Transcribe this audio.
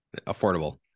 affordable